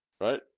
Right